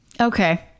Okay